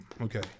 Okay